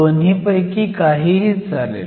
दोन्हींपैकी काहीही चालेल